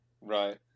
Right